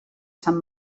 sant